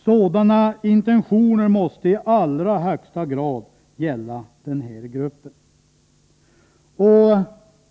Sådana intentioner måste i allra högsta grad gälla den här gruppen.